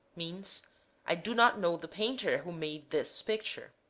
means i do not know the painter who made this picture.